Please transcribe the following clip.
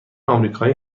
آمریکایی